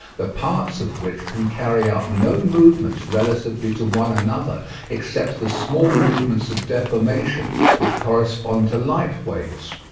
the parts of which can carry out no movements relatively to one another except the small movements of deformation which correspond to light-waves.